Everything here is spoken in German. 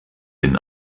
den